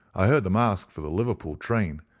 i heard them ask for the liverpool train,